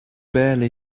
barely